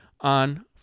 on